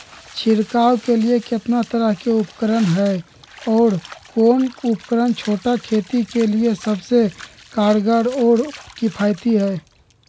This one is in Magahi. छिड़काव के लिए कितना तरह के उपकरण है और कौन उपकरण छोटा खेत के लिए सबसे कारगर और किफायती है?